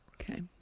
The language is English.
Okay